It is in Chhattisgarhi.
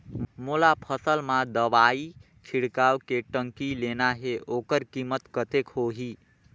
मोला फसल मां दवाई छिड़काव के टंकी लेना हे ओकर कीमत कतेक होही?